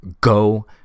Go